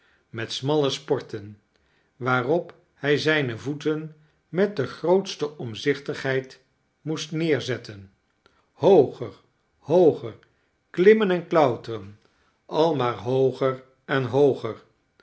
met smalle sporten waarop hij zijne voeten met de grootste omzichtigheid moest neerzettein hooger hooger klimrnen en klauteren al maar hooger en hooger